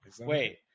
Wait